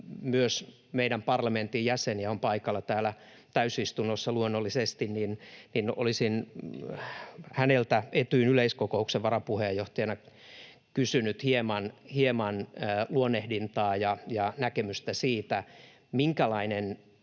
myös meidän parlamentin jäsen ja on paikalla täällä täysistunnossa luonnollisesti, niin olisin häneltä Etyjin yleiskokouksen varapuheenjohtajana kysynyt hieman luonnehdintaa ja näkemystä siitä, minkälaista